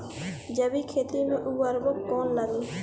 जैविक खेती मे उर्वरक कौन लागी?